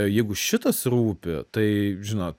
jeigu šitas rūpi tai žinot